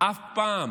אף פעם